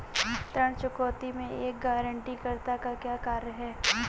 ऋण चुकौती में एक गारंटीकर्ता का क्या कार्य है?